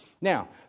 Now